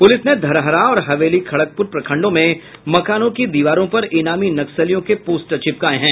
police ने धरहरा और हवेली खड़गपुर प्रखंडों में मकानों की दीवारों पर इनामी नक्सलियों के पोस्टर चिपकाये हैं